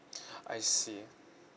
I see